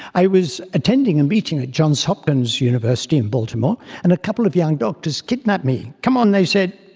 i was attending a meeting at johns hopkins university in baltimore and a couple of young doctors kidnapped me. come on, they said,